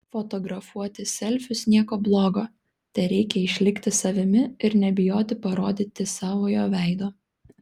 fotografuoti selfius nieko blogo tereikia išlikti savimi ir nebijoti parodyti savojo veido